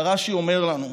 והרש"י אומר לנו: